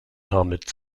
damit